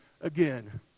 again